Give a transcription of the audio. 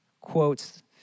quotes